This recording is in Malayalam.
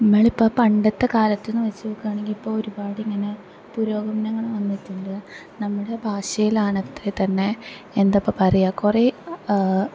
നമ്മളിപ്പം പണ്ടത്തെ കാലത്ത് എന്ന് വെച്ച് നോക്കുവാണെങ്കിൽ ഇപ്പോൾ ഒരുപാടിങ്ങനെ പുരോഗമനങ്ങൾ വന്നിട്ടുണ്ട് നമ്മുടെ ഭാഷയിലാണെൽ തന്നെ എന്തായിപ്പം പറയുക കുറെ